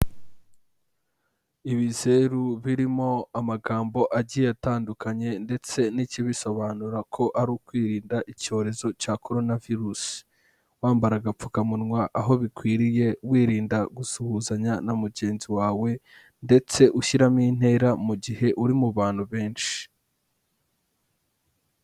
Ibizeru birimo amagambo agiye atandukanye ndetse n'ikibisobanura ko ari ukwirinda icyorezo cya Korona virusi, wambara agapfukamunwa, aho bikwiriye wirinda gusuhuzanya na mugenzi wawe ndetse ushyiramo intera mu gihe uri mu bantu benshi.